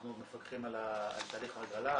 אנחנו מפקחים על תהליך ההגרלה,